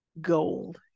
gold